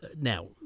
Now